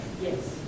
Yes